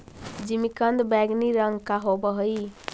जिमीकंद बैंगनी रंग का होव हई